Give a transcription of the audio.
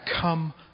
come